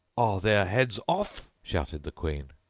are their heads off shouted the queen.